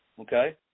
Okay